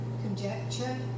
conjecture